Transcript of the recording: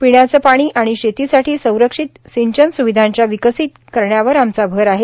पिण्याचे पाणी आणि शेतीसाठी संरक्षित सिंचन सुविधांच्या विकसित करण्यावर आमचा भर आहे